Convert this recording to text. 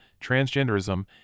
transgenderism